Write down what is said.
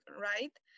right